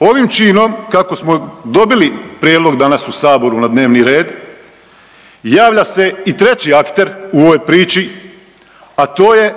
ovim činom kako smo dobili prijedlog danas u saboru na dnevni red javlja se i treći akter u ovoj priči, a to je